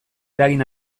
eragin